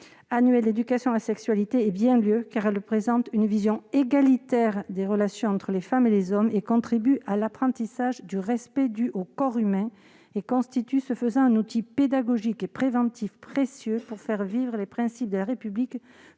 annuelles d'éducation à la sexualité doivent bien avoir lieu, car ces cours présentent une vision égalitaire des relations entre les femmes et les hommes, contribuent à l'apprentissage du respect dû au corps humain et constituent, de ce fait, un outil pédagogique et préventif précieux pour faire vivre ces principes de la République